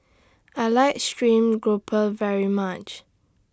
I like Stream Grouper very much